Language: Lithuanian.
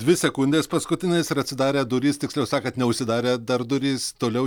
dvi sekundės paskutinės ir atsidarę durys tiksliau sakant neužsidarę dar durys toliau